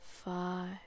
Five